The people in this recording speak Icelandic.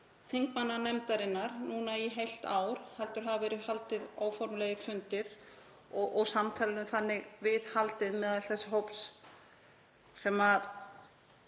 þingmannanefndarinnar núna í heilt ár heldur hafa verið haldnir óformlegir fundir og samtalinu þannig viðhaldið meðal þess hóps sem